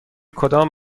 کدام